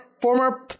former